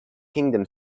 kingdom